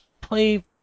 play